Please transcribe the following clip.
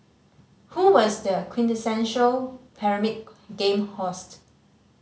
who was the quintessential Pyramid Game host